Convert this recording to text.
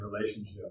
relationship